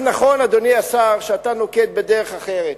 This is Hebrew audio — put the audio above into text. נכון, אדוני השר, שאתה נוקט דרך אחרת.